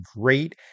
great